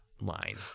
line